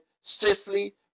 safely